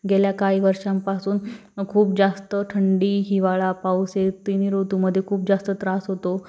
गेल्या काही वर्षांपासून खूप जास्त थंडी हिवाळा पाऊस या तीनही ऋतूमध्ये खूप जास्त त्रास होतो